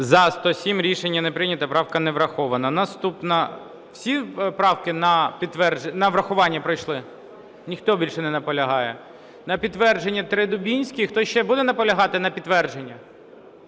За-107 Рішення не прийнято. Правка не врахована. Наступна... Всі правки на врахування пройшли? Ніхто більше не наполягає? На підтвердження три Дубінського. Хтось ще буде наполягати на підтвердження?